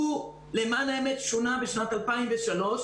מען האמת, הוא שונה בשנת 2003,